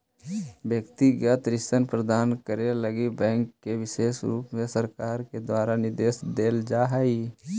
व्यक्तिगत ऋण प्रदान करे लगी बैंक के विशेष रुप से सरकार के द्वारा निर्देश देल जा हई